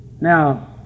Now